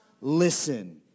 listen